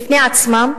מפני עצמם?